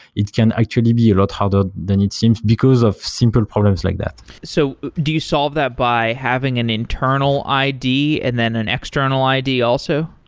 it can actually be a lot harder than it seems, because of simple problems like that so do you solve that by having an internal id and then an external id also?